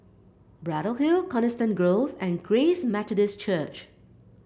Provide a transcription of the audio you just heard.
Braddell Hill Coniston Grove and Grace Methodist Church